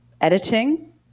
Editing